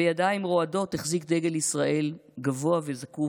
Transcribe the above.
בידיים רועדות החזיק דגל ישראל גבוה וזקוף,